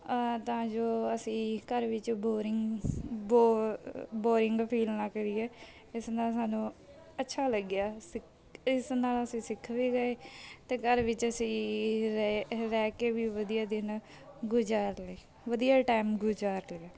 ਤਾਂ ਜੋ ਅਸੀਂ ਘਰ ਵਿੱਚ ਬੋਰਿੰਗਸ ਬੋ ਬੋਰਿੰਗ ਫੀਲ ਨਾ ਕਰੀਏ ਇਸ ਨਾਲ ਸਾਨੂੰ ਅੱਛਾ ਲੱਗਿਆ ਸਿਖ ਇਸ ਨਾਲ ਅਸੀਂ ਸਿੱਖ ਵੀ ਗਏ ਅਤੇ ਘਰ ਵਿੱਚ ਅਸੀਂ ਰਹਿ ਰਹਿ ਕੇ ਵੀ ਵਧੀਆ ਦਿਨ ਗੁਜ਼ਾਰ ਲਏ ਵਧੀਆ ਟੈਮ ਗੁਜ਼ਾਰ ਲਿਆ